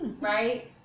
Right